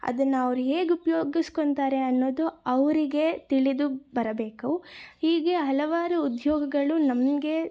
ಅದನ್ನು ಅವ್ರು ಹೇಗ್ ಉಪ್ಯೋಗಿಸ್ಕೊತಾರೆ ಅನ್ನೋದು ಅವರಿಗೆ ತಿಳಿದು ಬರಬೇಕು ಹೀಗೆ ಹಲವಾರು ಉದ್ಯೋಗಗಳು ನಮಗೆ